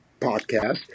podcast